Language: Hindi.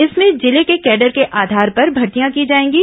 इसमें जिले के कैडर के आधार पर भर्तियां की जाएंगी